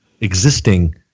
existing